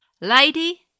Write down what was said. Lady